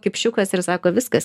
kipšiukas ir sako viskas